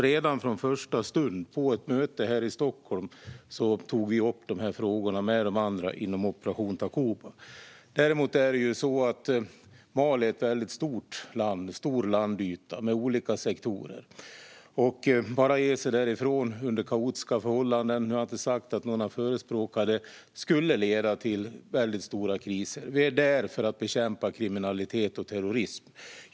Redan från första stund, på ett möte här i Stockholm, tog vi upp de här frågorna med de andra inom operation Takuba. Däremot är det så att Mali är ett väldigt stort land med stor landyta och olika sektorer. Bara att ge sig därifrån under kaotiska förhållanden - nu har jag inte sagt att någon har förespråkat det - skulle leda till väldigt stora kriser. Vi är där för att bekämpa kriminalitet och terrorism.